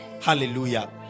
Hallelujah